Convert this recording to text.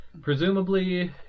presumably